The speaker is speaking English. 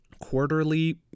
quarterly